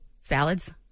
Salads